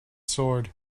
sword